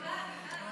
לא.